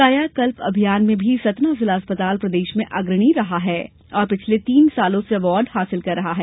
कायाकल्प अभियान में भी सतना जिला अस्पताल प्रदेश में अग्रणी रहा है और पिछले तीन सालों से अवार्ड हासिल कर रहा है